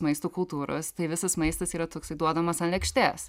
maisto kultūros tai visas maistas yra toksai duodamas ant lėkštės